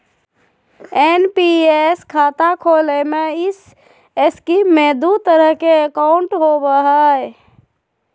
NPS खाता खोले में इस स्कीम में दू तरह के अकाउंट होबो हइ